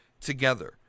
together